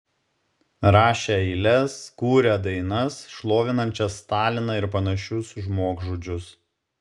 rašę eiles kūrę dainas šlovinančias staliną ir panašius žmogžudžius